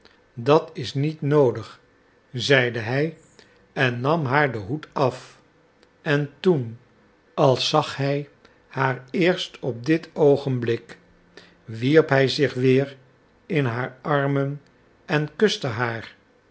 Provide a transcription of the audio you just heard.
dat is niet noodig zeide hij en nam haar den hoed af en toen als zag hij haar eerst op dit oogenblik wierp hij zich weer in haar armen en kuste haar